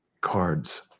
cards